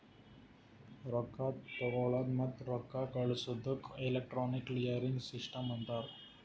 ರೊಕ್ಕಾ ತಗೊಳದ್ ಮತ್ತ ರೊಕ್ಕಾ ಕಳ್ಸದುಕ್ ಎಲೆಕ್ಟ್ರಾನಿಕ್ ಕ್ಲಿಯರಿಂಗ್ ಸಿಸ್ಟಮ್ ಅಂತಾರ್